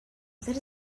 that